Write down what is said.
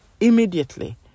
Immediately